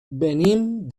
venim